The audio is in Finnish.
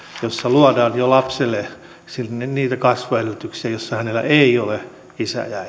joissa luodaan jo lapselle niitä kasvuedellytyksiä joilla hänellä ei ole isää ja